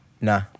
Nah